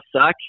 suck